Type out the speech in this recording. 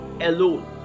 alone